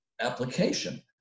application